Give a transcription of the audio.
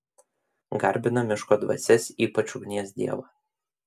garbina miško dvasias ypač ugnies dievą